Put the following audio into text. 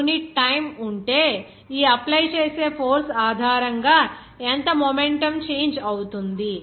unit time ఉంటే ఈ apply చేసే ఫోర్స్ ఆధారంగా ఎంత మొమెంటం చేంజ్ అవుతుంది